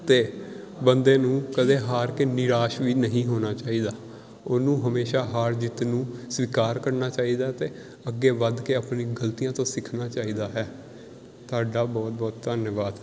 ਅਤੇ ਬੰਦੇ ਨੂੰ ਕਦੇ ਹਾਰ ਕੇ ਨਿਰਾਸ਼ ਵੀ ਨਹੀਂ ਹੋਣਾ ਚਾਹੀਦਾ ਉਹਨੂੰ ਹਮੇਸ਼ਾ ਹਾਰ ਜਿੱਤ ਨੂੰ ਸਵੀਕਾਰ ਕਰਨਾ ਚਾਹੀਦਾ ਅਤੇ ਅੱਗੇ ਵੱਧ ਕੇ ਆਪਣੀ ਗਲਤੀਆਂ ਤੋਂ ਸਿੱਖਣਾ ਚਾਹੀਦਾ ਹੈ ਤੁਹਾਡਾ ਬਹੁਤ ਬਹੁਤ ਧੰਨਵਾਦ